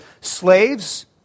Slaves